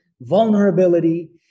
vulnerability